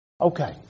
Okay